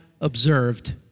observed